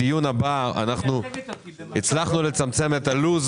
אנחנו הצלחנו לצמצם את הלו"ז,